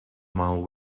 mile